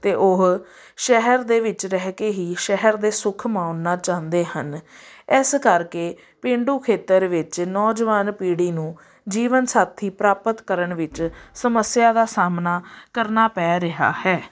ਅਤੇ ਉਹ ਸ਼ਹਿਰ ਦੇ ਵਿੱਚ ਰਹਿ ਕੇ ਹੀ ਸ਼ਹਿਰ ਦੇ ਸੁੱਖ ਮਾਨਣਾ ਚਾਹੁੰਦੇ ਹਨ ਇਸ ਕਰਕੇ ਪੇਂਡੂ ਖੇਤਰ ਵਿੱਚ ਨੌਜਵਾਨ ਪੀੜ੍ਹੀ ਨੂੰ ਜੀਵਨ ਸਾਥੀ ਪ੍ਰਾਪਤ ਕਰਨ ਵਿੱਚ ਸਮੱਸਿਆ ਦਾ ਸਾਹਮਣਾ ਕਰਨਾ ਪੈ ਰਿਹਾ ਹੈ